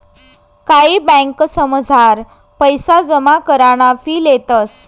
कायी ब्यांकसमझार पैसा जमा कराना फी लेतंस